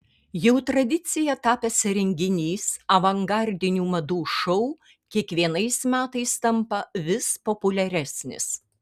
jau tradicija tapęs renginys avangardinių madų šou kiekvienais metais tampa vis populiaresnis